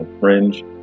fringe